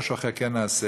משהו אחר כן נעשה.